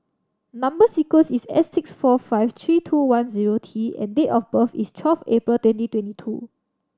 number sequence is S six four five three two one zero T and date of birth is twelfth April twenty twenty two